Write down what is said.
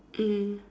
mm